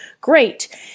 Great